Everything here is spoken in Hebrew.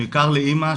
בעיקר לאמא,